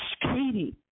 Katie